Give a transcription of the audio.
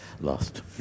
lost